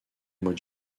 mois